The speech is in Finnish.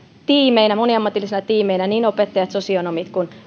moniammatillisina tiimeinä niin opettajat sosionomit